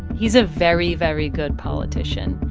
he's a very, very good politician.